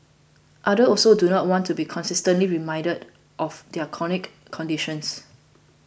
others also do not want to be constantly reminded of their chronic conditions